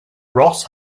ross